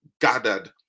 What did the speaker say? gathered